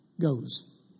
goes